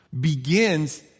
begins